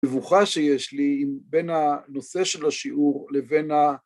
מבוכה שיש לי בין הנושא של השיעור לבין ה